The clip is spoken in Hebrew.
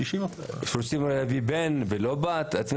כשרוצים להביא בן ולא בת?